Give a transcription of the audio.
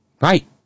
Right